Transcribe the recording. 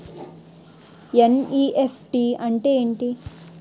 NEFT అంటే ఎంటి?